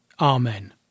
Amen